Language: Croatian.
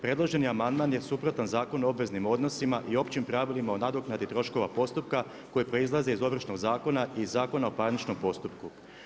Predloženi amandman je suprotan Zakonu o obveznim odnosima i općim pravilima o nadoknadi troškova postupka koje proizlaze iz Ovršnog zakona i Zakona o parničkom postupku.